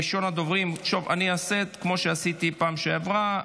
אני אעשה כמו שעשיתי בפעם שעברה.